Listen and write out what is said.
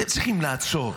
אתם צריכים לעצור,